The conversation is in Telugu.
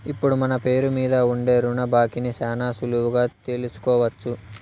ఇప్పుడు మన పేరు మీద ఉండే రుణ బాకీని శానా సులువుగా తెలుసుకోవచ్చు